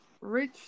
rich